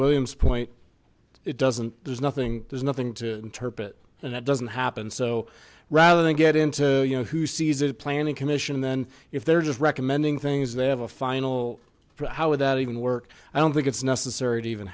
williams point it doesn't there's nothing there's nothing to interpret and that doesn't happen so rather than get into you know who sees it planning commission then if they're just recommending things they have a final for how would that even work i don't think it's necessary to even